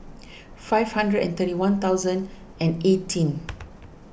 five hundred and thirty one thousand and eighteen